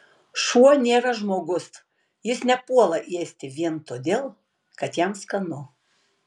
šuo nėra žmogus jis nepuola ėsti vien todėl kad jam skanu